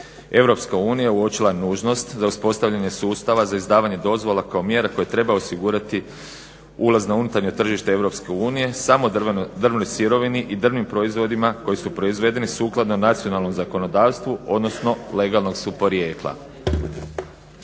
drva. EU uočila je nužnost za uspostavljanje sustava za izdavanje dozvola kao mjera koju treba osigurati ulaz na unutarnje tržište EU samo drvnoj sirovini i drvnim proizvodima koji su proizvedeni sukladno nacionalnom zakonodavstvu odnosno legalnog su porijekla.